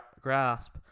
grasp